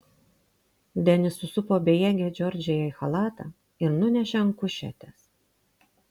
denis susupo bejėgę džordžiją į chalatą ir nunešė ant kušetės